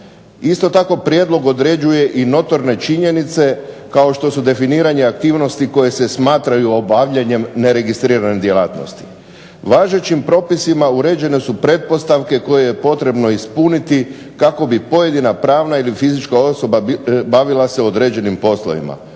Isto tako prijedlog određuje i notorne činjenice kao što su definiranje aktivnosti koje se smatraju obavljanjem neregistriranih djelatnosti. Važećim propisima uređene su pretpostavke koje je potrebno ispuniti kako bi pojedina pravna ili fizička osoba bavila se određenim poslovima.